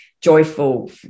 joyful